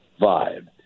vibe